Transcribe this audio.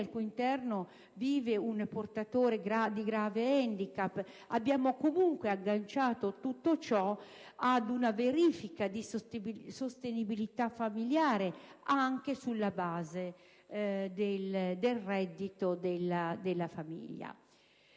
al cui interno viva un portatore di grave handicap; abbiamo comunque agganciato tutto ciò ad una verifica di sostenibilità familiare anche sulla base del reddito della famiglia.